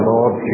Lord